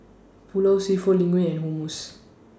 Pulao Seafood Linguine and Hummus